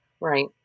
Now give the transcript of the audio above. right